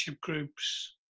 groups